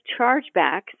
chargebacks